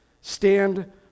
stand